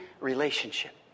relationship